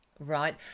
right